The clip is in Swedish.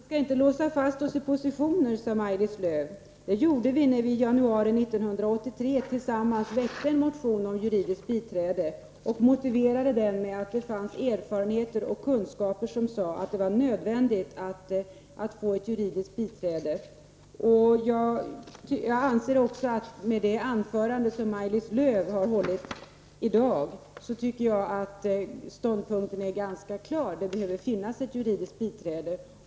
Herr talman! Vi skall inte låsa fast oss i positioner, sade Maj-Lis Lööw. Det gjorde vi när vi i januari 1983 tillsammans väckte en motion om juridiskt biträde och motiverade den med att det fanns erfarenheter och kunskaper som sade att det var nödvändigt med ett juridiskt biträde. Med det anförande som Maj-Lis Lööw har hållit i dag tycker jag att ståndpunkten är ganska klar: Det behövs ett juridiskt biträde.